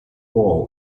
wall